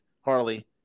Harley